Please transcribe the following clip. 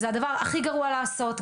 זה הדבר הכי גרוע לעשות.